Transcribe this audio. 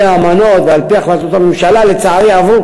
האמנות ועל-פי החלטות הממשלה לצערי עבר,